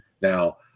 Now